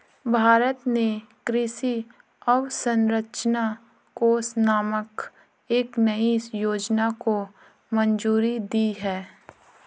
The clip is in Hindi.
भारत ने कृषि अवसंरचना कोष नामक एक नयी योजना को मंजूरी दी है